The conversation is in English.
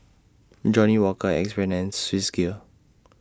Johnnie Walker Axe Brand and Swissgear